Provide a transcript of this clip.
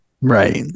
right